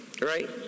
Right